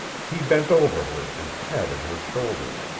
he bent over her and patted her shoulder.